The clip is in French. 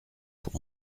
pour